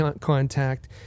contact